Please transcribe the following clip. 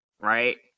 right